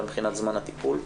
גם מבחינת זמן הטיפול.